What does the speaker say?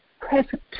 present